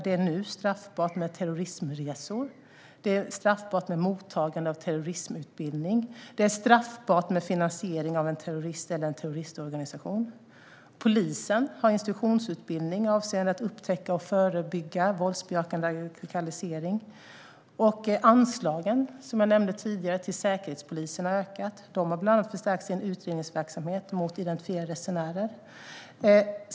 Det är nu straffbart med terrorismresor, mottagande av terrorismutbildning och finansiering av en terrorist eller en terroristorganisation. Polisen har instruktionsutbildning avseende att upptäcka och förebygga våldsbejakande radikalisering. Säkerhetspolisens anslag har ökat, och man har bland annat förstärkt sin utredningsverksamhet mot identifierade resenärer.